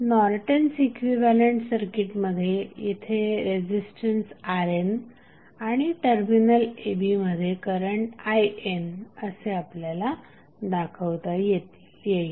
Norton's equivalent सर्किटमध्ये येथे resistance RN आणि टर्मिनल a b मध्ये करंट IN असे आपल्याला दाखवता येईल